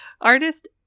Artist